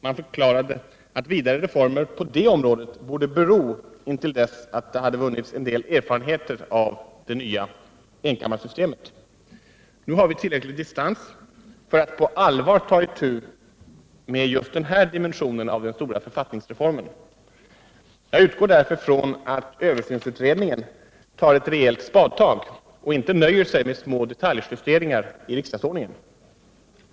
Man förklarade att vidare reformer på det området borde bero intill dess att det hade vunnits en del erfarenheter av det nya enkammarsystemet. Nu har vi tillräcklig distans för att på allvar ta itu med just den här dimensionen av den stora författningsreformen. Jag utgår därför från att översynsutredningen tar ett rejält spadtag och inte nöjer sig med små detaljjusteringar i riksdagsordningen.